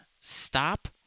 Stop